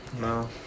No